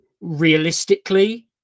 realistically